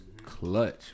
clutch